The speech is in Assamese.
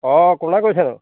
অঁ কোনে কৈছেনো